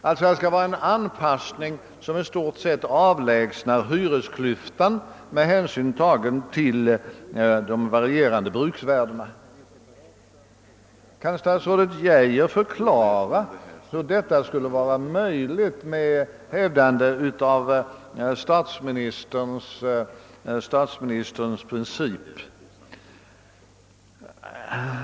Det skall alltså vara en anpassning som i stort sett avlägsnar hyresklyftan med hänsyn tagen till de varierande bruksvärdena. Kan statsrådet Geijer förklara hur detta skulle vara möjligt med hävdande av statsministerns princip?